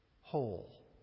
whole